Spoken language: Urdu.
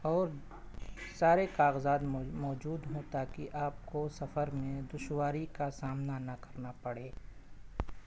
اور سارے کاغذات موجود ہوں تاکہ آپ کو سفر میں دشواری کا سامنا نہ کرنا پڑے